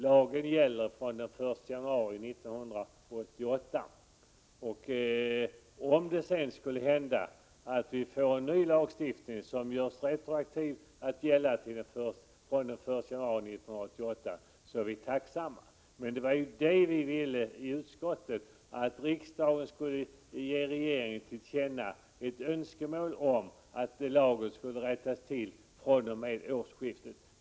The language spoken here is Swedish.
Lagen gäller ju från den 1 januari 1988. Om det sedan skulle hända att vi får en ny lagstiftning som gäller retroaktivt från den 1 januari 1988, är vi tacksamma. Men vad vi ville under utskottsarbetet var att riksdagen skulle ge regeringen till känna att det föreligger ett önskemål om att lagen skall rättas till fr.o.m. årsskiftet.